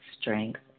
strength